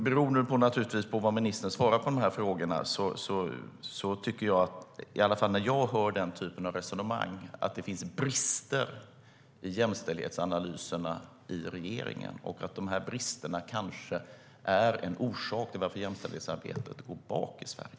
Beroende på vad ministern svarar på frågorna anser jag att den typen av resonemang visar att det finns brister i jämställdhetsanalyserna i regeringen. Bristerna är kanske en orsak till att jämställdhetsarbetet går bakåt i Sverige.